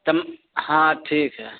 तुम हाँ ठीक है